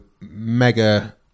mega